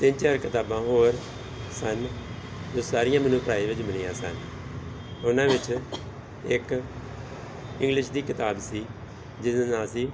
ਤਿੰਨ ਚਾਰ ਕਿਤਾਬਾਂ ਹੋਰ ਸਨ ਜੋ ਸਾਰੀਆਂ ਮੈਨੂੰ ਪ੍ਰਾਈਜ ਵਿੱਚ ਮਿਲੀਆਂ ਸਨ ਉਹਨਾਂ ਵਿੱਚ ਇੱਕ ਇੰਗਲਿਸ਼ ਦੀ ਕਿਤਾਬ ਸੀ ਜਿਹਦਾ ਨਾਂ ਸੀ